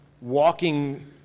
walking